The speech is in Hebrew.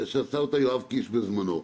שעשה אותה יואב קיש בזמנו,